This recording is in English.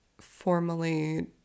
formally